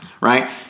Right